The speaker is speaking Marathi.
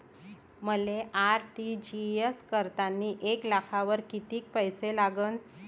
मले आर.टी.जी.एस करतांनी एक लाखावर कितीक पैसे लागन?